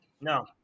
No